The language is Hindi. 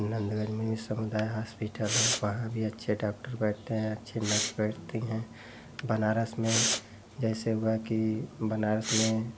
नन्दगंज में वहाँ भी समुदाय हॉस्पिटल है वहाँ भी अच्छे डॉक्टर बैठते हैं अच्छी नर्स बैठती हैं बनारस मैं जैसे हुआ कि बनारस में